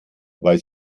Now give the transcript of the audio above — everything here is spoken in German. weil